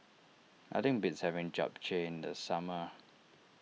nothing beats having Japchae in the summer